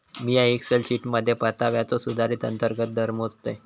मिया एक्सेल शीटमध्ये परताव्याचो सुधारित अंतर्गत दर मोजतय